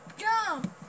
jump